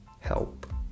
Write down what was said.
help